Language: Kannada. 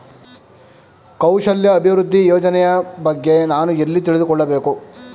ಕೌಶಲ್ಯ ಅಭಿವೃದ್ಧಿ ಯೋಜನೆಯ ಬಗ್ಗೆ ನಾನು ಎಲ್ಲಿ ತಿಳಿದುಕೊಳ್ಳಬೇಕು?